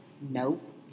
Nope